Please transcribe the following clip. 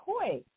toy